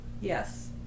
Yes